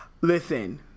Listen